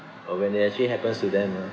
but when it actually happens to them ah